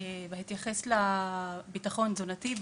בהתייחס לביטחון תזונתי,